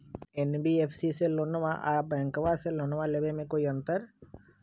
NBFC से लोनमा आर बैंकबा से लोनमा ले बे में कोइ अंतर?